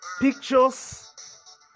pictures